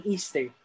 Easter